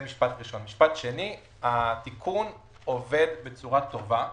דבר שני, התיקון עובד בצורה טובה.